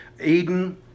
Eden